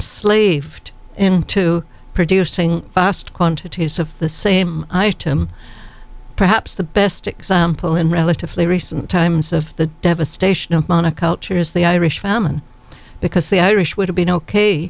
aved into producing vast quantities of the same item perhaps the best example in relatively recent times of the devastation of monoculture is the irish famine because the irish would have been ok